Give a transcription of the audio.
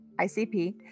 ICP